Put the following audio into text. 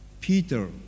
Peter